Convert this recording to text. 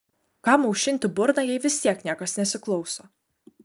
kam aušinti burną jei vis tiek niekas nesiklauso